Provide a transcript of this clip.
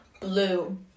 blue